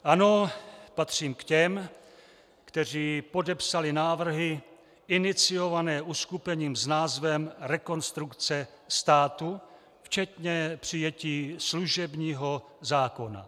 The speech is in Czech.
Ano, patřím k těm, kteří podepsali návrhy iniciované uskupením s názvem Rekonstrukce státu včetně přijetí služebního zákona.